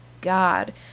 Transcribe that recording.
God